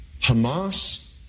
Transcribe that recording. Hamas